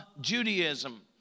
Judaism